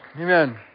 Amen